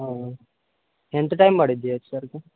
ఎంత టైం పడుతుంది వచ్చేసరికి